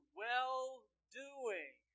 well-doing